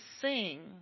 sing